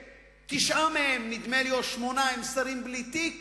ונדמה לי שתשעה או שמונה מהם הם שרים בלי תיק